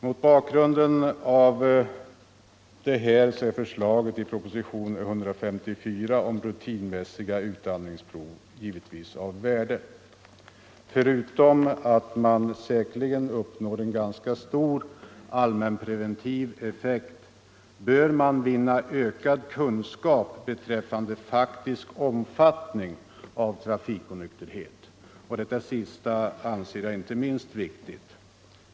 Mot bakgrund av detta är förslaget i propositionen 154 om rutinmässiga utandningsprov givetvis av värde. Förutom att man säkerligen uppnår en ganska stor allmänpreventiv effekt bör man vinna ökad kunskap beträffande den faktiska omfattningen av trafikonykterheten. Detta sista anser jag inte minst viktigt.